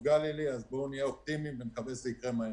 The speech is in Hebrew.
אז בואו נהיה אופטימיים ונקווה שזה יקרה מהר.